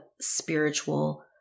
spiritual